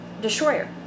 destroyer